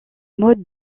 modes